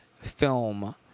film